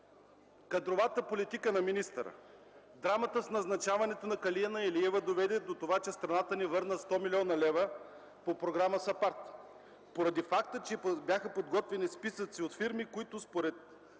Кадровата политика на министъра, драмата с назначаването на Калина Илиева доведе до това, че страната ни върна 100 млн. лв. по програма САПАРД поради факта, че бяха подготвени списъци на фирми, които според